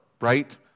right